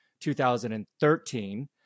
2013